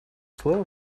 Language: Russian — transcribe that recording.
слово